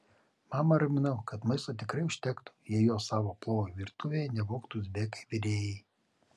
mamą raminau kad maisto tikrai užtektų jei jo savo plovui virtuvėje nevogtų uzbekai virėjai